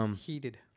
Heated